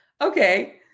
okay